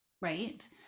right